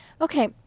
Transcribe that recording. Okay